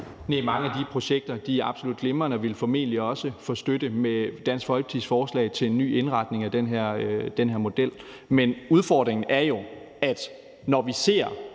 mange af de projekter er absolut glimrende, og de ville formentlig også få støtte med Dansk Folkepartis forslag til en ny indretning af den her model. Men udfordringen er jo, når vi ser,